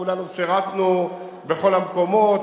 כולנו שירתנו בכל המקומות,